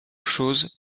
choses